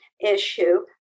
issue